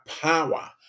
power